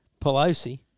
Pelosi